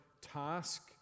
task